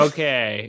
Okay